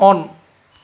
on